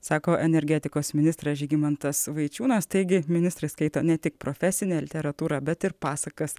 sako energetikos ministras žygimantas vaičiūnas teigė ministras skaito ne tik profesinę literatūrą bet ir pasakas